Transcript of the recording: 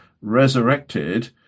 resurrected